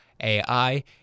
AI